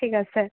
ঠিক আছে